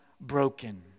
broken